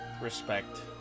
respect